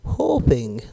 hoping